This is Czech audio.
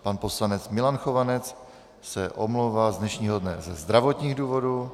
Pan poslanec Milan Chovanec se omlouvá z dnešního dne ze zdravotních důvodů.